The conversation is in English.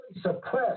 suppressed